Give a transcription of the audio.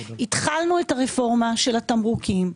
התחלנו את הרפורמה של התמרוקים.